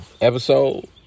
episode